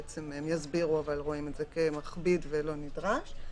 הם יסבירו אבל רואים את זה כמכביד ולא נדרש.